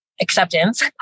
acceptance